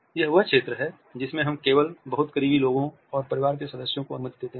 यह वह क्षेत्र है जिसमें हम केवल बहुत क़रीबी लोगों और परिवार के सदस्यों को अनुमति देते हैं